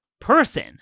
person